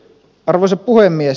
arvoisa puhemies